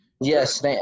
yes